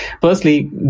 Firstly